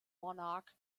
monarch